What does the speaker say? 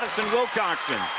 wilcoxon.